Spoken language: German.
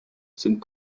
sind